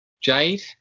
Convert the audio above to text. Jade